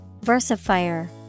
Versifier